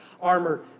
armor